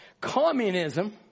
communism